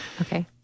Okay